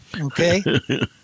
Okay